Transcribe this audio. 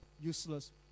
useless